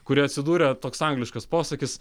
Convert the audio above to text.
kurie atsidūrė toks angliškas posakis